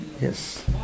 Yes